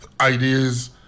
ideas